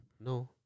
No